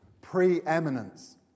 preeminence